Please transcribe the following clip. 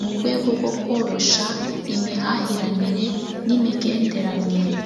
mu gwego gwo korosha imihahiranire n'imigenderanire.